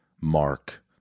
Mark